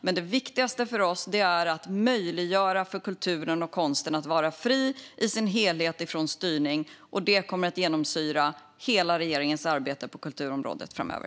Men det viktigaste för oss är att möjliggöra för kulturen och konsten att vara fri från styrning i sin helhet. Det kommer att genomsyra hela regeringens arbete på kulturområdet framöver.